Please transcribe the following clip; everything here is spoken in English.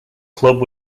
club